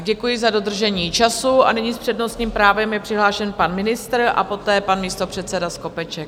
Děkuji za dodržení času, nyní s přednostním právem je přihlášen pan ministr a poté pan místopředseda Skopeček.